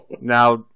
now